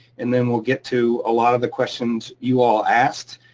and then we'll get to a lot of the questions you all asked.